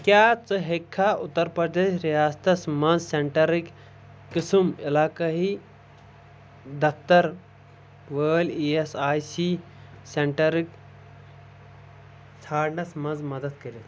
کیٛاہ ژٕ ہیٚککھا اُتر پرٛدیش ریاستس مَنٛز سینٹرٕکۍ قٕسم علاقٲہی دفتر وٲلۍ ای ایس آی سی سینٹرک ژھانڈنَس مَنٛز مدد کٔرِتھ